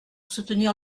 soutenir